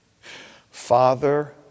Father